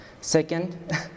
second